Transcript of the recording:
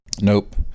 Nope